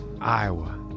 Iowa